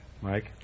Mike